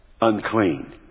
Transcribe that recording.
Unclean